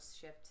shift